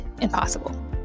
impossible